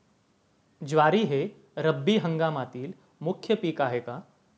ज्वारी हे रब्बी हंगामातील मुख्य पीक आहे का?